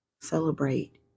celebrate